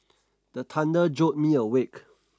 the thunder jolt me awake